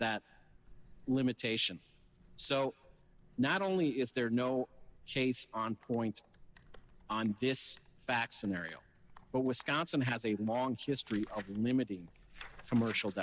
that limitation so not only is there no chase on points on this back scenario but wisconsin has a long history of limiting for martial